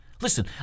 Listen